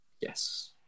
Yes